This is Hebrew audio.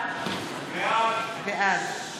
74 בעד,